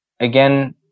again